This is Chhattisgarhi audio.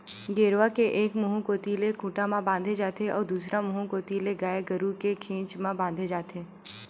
गेरवा के एक मुहूँ कोती ले खूंटा म बांधे जाथे अउ दूसर मुहूँ कोती ले गाय गरु के घेंच म बांधे जाथे